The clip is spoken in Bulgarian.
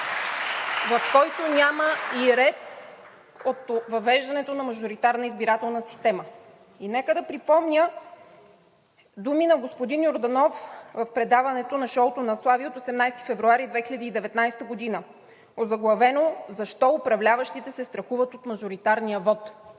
в който няма и ред от въвеждането на мажоритарна избирателна система. И нека да припомня думи на господин Йорданов в предаването на „Шоуто на Слави“ от 18 февруари 2019 г., озаглавено „Защо управляващите се страхуват от мажоритарния вот?“